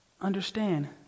Understand